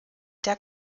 der